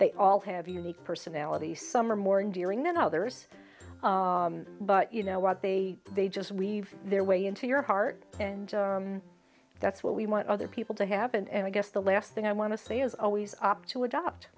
they all have unique personalities some are more enduring than others but you know what they are they just weave their way into your heart and that's what we want other people to happen and i guess the last thing i want to say is always opt to adopt